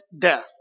death